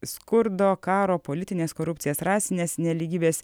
skurdo karo politinės korupcijos rasinės nelygybės